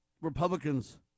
Republicans